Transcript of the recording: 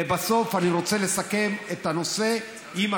למה צריך להסתיר את הנתונים האמיתיים?